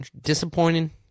disappointing